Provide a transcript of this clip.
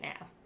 now